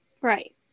Right